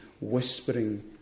whispering